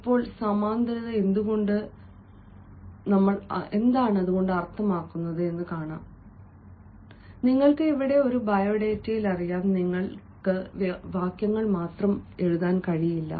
ഇപ്പോൾ സമാന്തരത എന്നതുകൊണ്ട് ഞങ്ങൾ എന്താണ് അർത്ഥമാക്കുന്നത് കാരണം നിങ്ങൾക്ക് ഇവിടെ ഒരു ബയോഡാറ്റയിൽ അറിയാം നിങ്ങൾക്ക് വാക്യങ്ങൾ മാത്രം എഴുതാൻ കഴിയില്ല